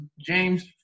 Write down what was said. James